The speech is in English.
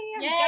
Yay